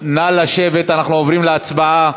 נא לשבת, אנחנו עוברים להצבעה.